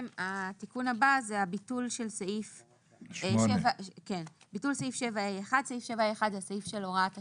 התיקון הבא הוא הביטול של סעיף 7ה1. זה סעיף הוראת השעה.